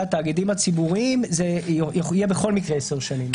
התאגידים הציבוריים זה יהיה בכל מקרה עשר שנים.